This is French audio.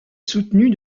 soutenue